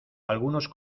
algunos